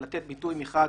מחד